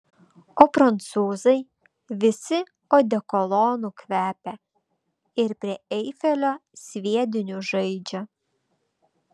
o prancūzai visi odekolonu kvepia ir prie eifelio sviediniu žaidžia